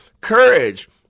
courage